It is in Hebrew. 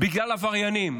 בגלל עבריינים.